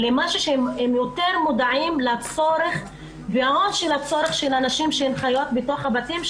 שהם יותר מודעים לצרכים של הנשים שחיות בתוך הבתים,